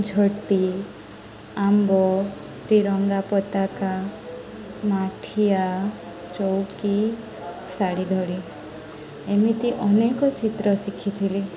ଝୋଟି ଆମ୍ବ ତିରଙ୍ଗା ପତାକା ମାଠିଆ ଚଉକି ଶାଢ଼ୀ ଧଡ଼ି ଏମିତି ଅନେକ ଚିତ୍ର ଶିଖିଥିଲି